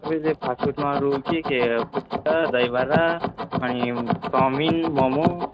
तपाईँ चाहिँ फास्टफुडमा अरू के के पुच्का दहीबडा अनि चाउमिन मोमो